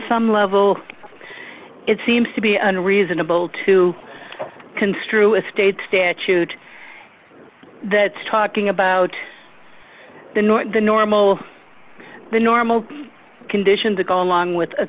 some level it seems to be unreasonable to construe a state statute that's talking about the north the normal the normal condition to go along with a